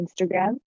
Instagram